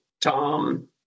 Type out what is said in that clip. Tom